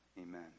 Amen